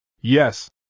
Yes